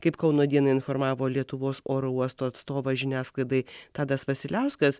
kaip kauno dieną informavo lietuvos oro uosto atstovas žiniasklaidai tadas vasiliauskas